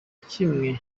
kimwe